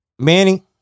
Manny